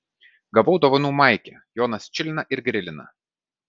gavau dovanų maikę jonas čilina ir grilina